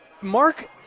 Mark